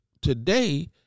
today